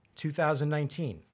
2019